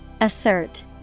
Assert